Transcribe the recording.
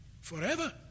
forever